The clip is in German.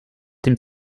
dem